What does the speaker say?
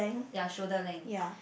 ya shoulder length